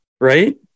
right